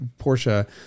porsche